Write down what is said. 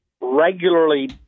regularly